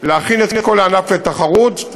להכין את כל הענף לתחרות,